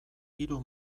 hiru